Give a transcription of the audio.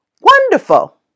wonderful